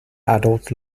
adult